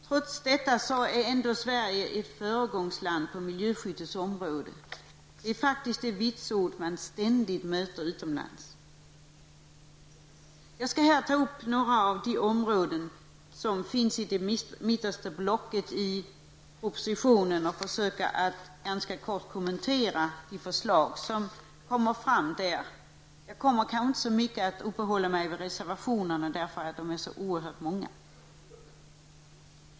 Trots detta är Sverige ett föregångsland på miljöskyddets område -- det är faktiskt det vitsord man ständigt möter utomlands. Jag skall nu ta upp några av de områden som berörs i det mittersta blocket av propositionen och försöka att ganska kort kommentera de förslag som kommer fram där. Jag kommer kanske inte så mycket att uppehålla mig vid reservationerna, eftersom de är så oerhört många.